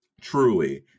truly